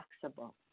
flexible